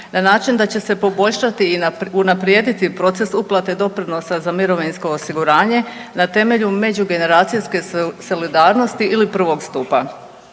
na način da će se poboljšati i unaprijediti proces uplate doprinosa za mirovinsko osiguranje na temelju međugeneracijske solidarnosti ili prvog stupa.